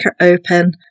open